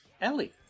Ellie